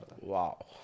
Wow